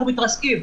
אנחנו מתרסקים.